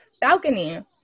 balcony